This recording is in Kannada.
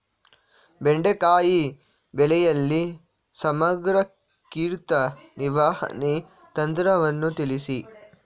ಬೆಂಡೆಕಾಯಿ ಬೆಳೆಯಲ್ಲಿ ಸಮಗ್ರ ಕೀಟ ನಿರ್ವಹಣೆ ತಂತ್ರವನ್ನು ತಿಳಿಸಿ?